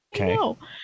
Okay